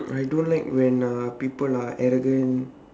I don't like when uh people are arrogant